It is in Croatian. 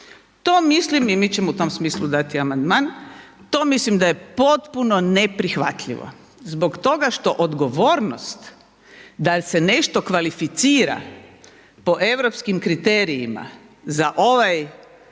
To mislim, i mi ćemo u tom smislu dati amandman, to mislim da je potpuno neprihvatljivo zbog toga što odgovornost da se nešto kvalificira po europskim kriterijima za ovu